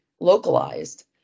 localized